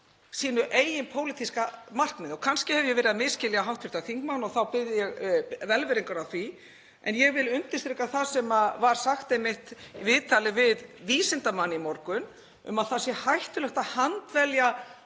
sínu eigin pólitíska markmiði. Kannski hef ég verið að misskilja hv. þingmann og þá biðst ég velvirðingar á því en ég vil undirstrika það sem var sagt einmitt í viðtali við vísindamanna í morgun um að það sé hættulegt að handvelja